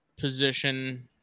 position